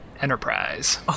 Enterprise